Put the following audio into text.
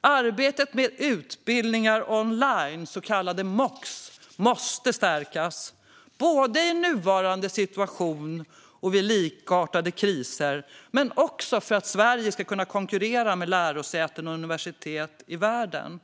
Arbetet med utbildning online, så kallad MOOC, måste stärkas både i nuvarande situation och i likartade kriser. Det måste också stärkas för att Sverige ska kunna konkurrera med lärosäten och universitet i världen.